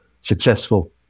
successful